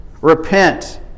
Repent